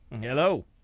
Hello